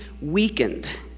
weakened